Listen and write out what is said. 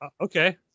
Okay